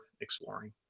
exploring